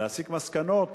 להסיק מסקנות